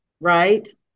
Right